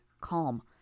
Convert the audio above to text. calm